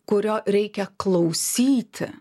kurio reikia klausyti